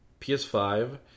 PS5